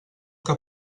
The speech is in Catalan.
que